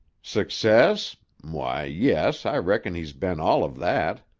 success? why, yes, i reckon he's been all of that.